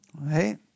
right